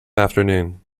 afternoon